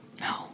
No